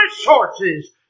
resources